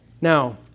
Now